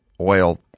oil